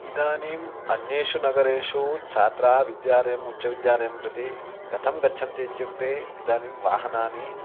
इदानीम् अन्येषु नगरेषु छात्राः विद्यालयम् उच्चविद्यालयं प्रति कथं गच्छन्ति इत्युक्ते इदानीं वाहनानि